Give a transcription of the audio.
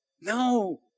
no